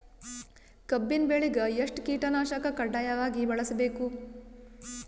ಕಬ್ಬಿನ್ ಬೆಳಿಗ ಎಷ್ಟ ಕೀಟನಾಶಕ ಕಡ್ಡಾಯವಾಗಿ ಬಳಸಬೇಕು?